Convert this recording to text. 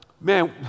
man